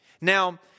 Now